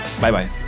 Bye-bye